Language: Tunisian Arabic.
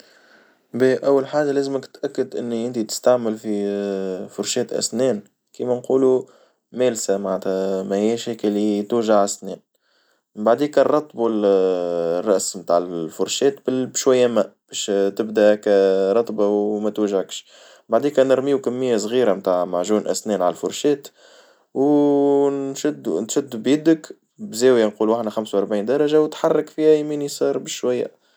أول حاجة لازمك تتأكد إني إنت تستعمل في فرشاة أسنان، كيما نقولو مالسة معنتها ماهياش هيكا توجع سنان بعديكا نرطبو الراس نتاع الفرشاة بشوية ماء باش تبدأ هاكا رطبة وماتوجعكش، بعديكا نرميو كمية صغيرة متاع معجون الأسنان ع الفرشاة و نشدو نشدو بيدك بزاوية نقولو خمسة وأربعين درجة وتحرك فيها يمين يسار بشوية.